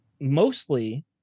Mostly